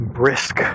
brisk